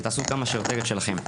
שתעשו כמה שיותר את שלכם.